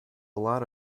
lot